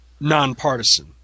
nonpartisan